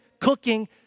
cooking